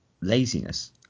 laziness